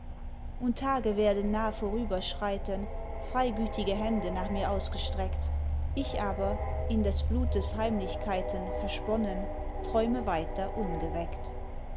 und tage werden nah vorüberschreiten freigütige hände nach mir ausgestreckt ich aber in des blutes heimlichkeiten versponnen träume weiter ungeweckt